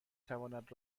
تواند